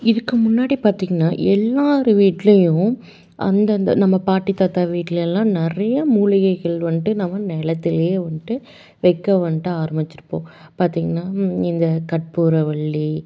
இதுக்கு முன்னாடி பார்த்தீங்கன்னா எல்லோரு வீட்டிலையும் அந்தந்த நம்ம பாட்டி தாத்தா வீட்டிலலாம் நிறையா மூலிகைகள் வந்துட்டு நம்ம நிலத்துலையே வந்துட்டு வைக்க வந்துட்டு ஆரம்பிச்சிருப்போம் பார்த்தீங்கன்னா இந்த கற்பூரவள்ளி